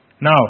Now